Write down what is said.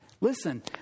Listen